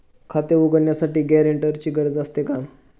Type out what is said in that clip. खाते उघडण्यासाठी गॅरेंटरची गरज असते का?